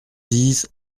dix